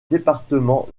département